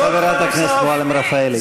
זאת, בנוסף, חברת הכנסת מועלם רפאלי, באמת.